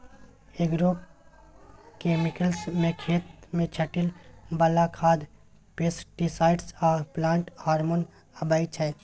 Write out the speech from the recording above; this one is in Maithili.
एग्रोकेमिकल्स मे खेत मे छीटय बला खाद, पेस्टीसाइड आ प्लांट हार्मोन अबै छै